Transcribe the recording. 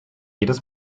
jedes